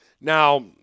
Now